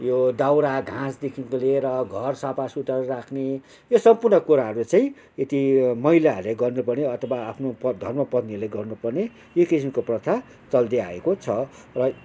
यो दाउरा घाँसदेखिको लिएर घर सफासुग्घर राख्ने यो सम्पूर्ण कुराहरू चाहिँ यति महिलाहरूले गर्नुपर्ने अथवा आफ्नो प धर्मपत्नीले गर्नुपर्ने त्यो किसिमको प्रथा चल्दै आएको छ र